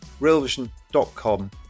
realvision.com